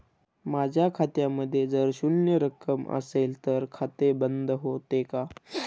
माझ्या खात्यामध्ये जर शून्य रक्कम असेल तर खाते बंद होते का?